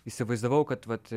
įsivaizdavau kad vat